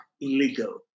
illegal